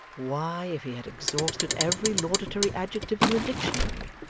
why, if he had exhausted every laudatory adjective in the dictionary,